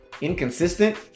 inconsistent